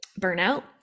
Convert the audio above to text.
burnout